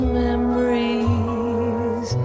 memories